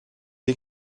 est